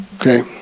okay